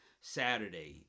Saturday